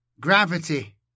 Gravity